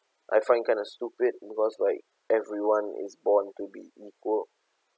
I find it kind of stupid because like everyone is born to be equal